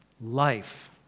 life